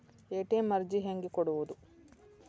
ATM ಅರ್ಜಿ ಹೆಂಗೆ ಕೊಡುವುದು?